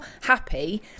happy